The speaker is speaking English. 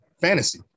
fantasy